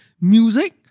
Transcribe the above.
music